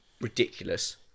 Ridiculous